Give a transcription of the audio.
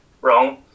wrong